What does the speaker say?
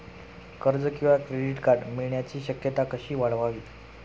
कर्ज किंवा credit card मिळण्याची शक्यता कशी वाढवावी?